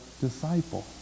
disciple